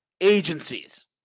agencies